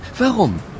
Warum